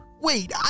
Wait